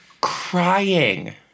crying